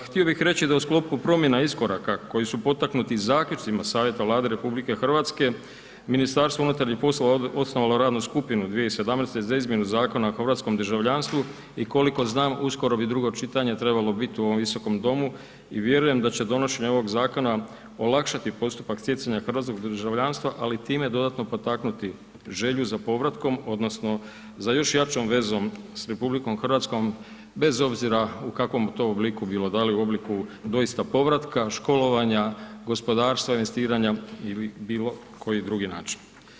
Htio bih reći da u sklopu promjena iskoraka koji su potaknuti zaključcima Savjeta Vlade RH, MUP je osnovalo radnu skupinu 2017. za izmjenu Zakona o hrvatskom državljanstvu i koliko znam, uskoro bi 2. čitanje trebalo bit u ovom Visokom domu i vjerujem da će donošenje ovog zakona olakšati stjecanja hrvatskog državljanstva, ali i time dodatno potaknuti želju za povratkom, odnosno za još jačom vezu s RH, bez obzira u kakvom to obliku bilo, da li u obliku doista povratka, školovanja, gospodarstva, investiranja ili bilo koji drugi način.